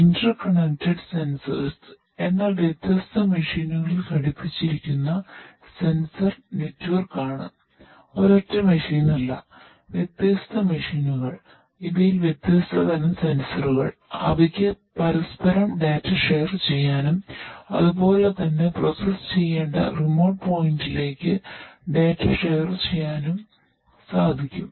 interconnected sensors ആയിരിക്കും